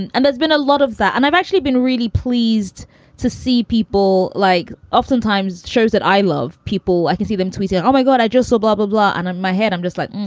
and and there's been a lot of that. and i've actually been really pleased to see people like oftentimes shows that i love people. i can see them tweeting, oh, my god, i just so blah, blah, blah. and in my head, i'm just like,